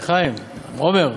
חיים, עמר,